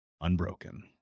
unbroken